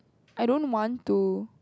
I don't want to